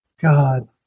God